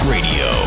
Radio